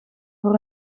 voor